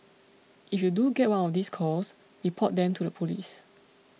if you do get one of these calls report them to the police